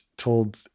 told